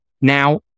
Now